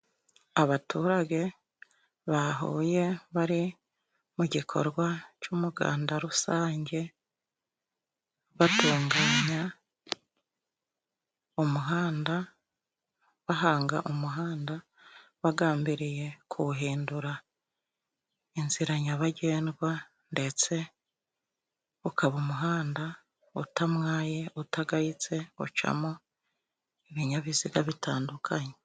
Abaturage bahuye bari mu gikorwa c'umuganda rusange, batunganya, umuhanda, bahanga umuhanda, bagambiriye kuwuhindura inzira nyabagendwa, ndetse, ukaba umuhanda utamwaye, utagayitse, ucamo ibinyabiziga bitandukanye.